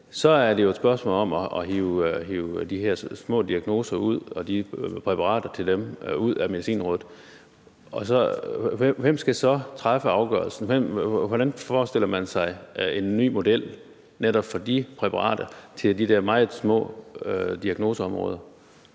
specifikt et spørgsmål om at hive de her små diagnoser og præparaterne til dem ud af Medicinrådet. Hvem skal så træffe afgørelsen? Hvordan forestiller man sig en ny model for netop præparater til de der meget små diagnoseområder?